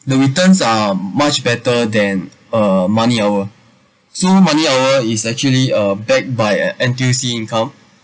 the returns are much better than uh money hour so money hour is actually uh backed by N_T_U_C income